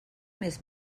més